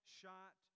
shot